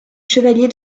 chevalier